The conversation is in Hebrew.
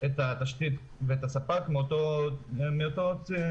את התשתית ואת הספק מאותו ספק.